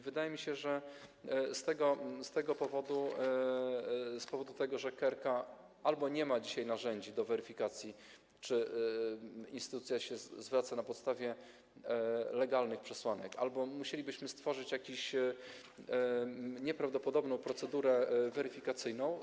Wydaje mi się, że z tego powodu, że albo KRK nie ma dzisiaj narzędzi do weryfikacji, czy instytucja się zwraca na podstawie legalnych przesłanek, albo musielibyśmy stworzyć jakąś nieprawdopodobną procedurę weryfikacyjną.